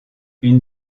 une